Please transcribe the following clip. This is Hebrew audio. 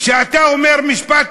כשאתה אומר משפט,